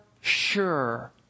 sure